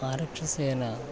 आरक्षकसेना